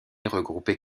regroupait